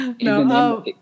no